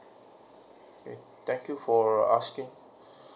okay thank you for asking